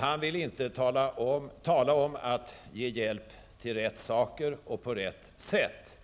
Han vill inte tala om att ge hjälp till rätt saker och på rätt sätt,